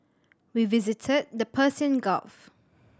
we visited the Persian Gulf